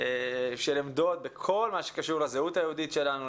של עמדות בכל מה שקשור לזהות היהודית שלנו,